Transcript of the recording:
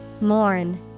Mourn